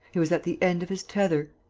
he was at the end of his tether.